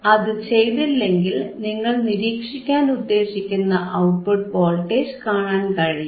അതു ചെയ്തില്ലെങ്കിൽ നിങ്ങൾ നിരീക്ഷിക്കാൻ ഉദ്ദേശിക്കുന്ന ഔട്ട്പുട്ട് വോൾട്ടേജ് കാണാൻ കഴിയില്ല